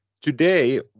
today